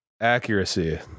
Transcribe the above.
accuracy